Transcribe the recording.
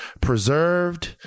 preserved